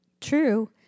true